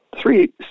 three